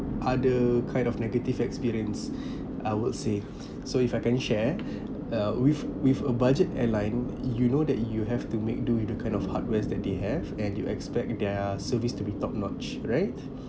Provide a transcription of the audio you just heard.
other kind of negative experience I would say so if I can share uh with with a budget airline you know that you have to make do with the kind of hardwares that they have and you expect their service to be top notch right